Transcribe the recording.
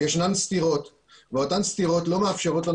ישנן סתירות ואותן סתירות לא מאפשרות לנו